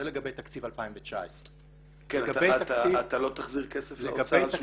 זה לגבי תקציב 2019. לגבי תקציב -- אתה לא תחזיר כסף לאוצר 18'?